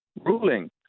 ruling